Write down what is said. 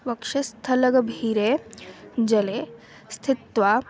वक्षस्थलगभीरे जले स्थित्वा